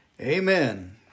Amen